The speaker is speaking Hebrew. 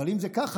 אבל אם זה ככה,